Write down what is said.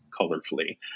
colorfully